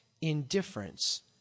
indifference